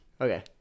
Okay